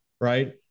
right